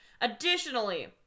Additionally